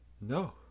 no